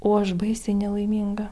o aš baisiai nelaiminga